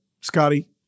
Scotty